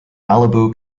malibu